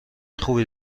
خوبی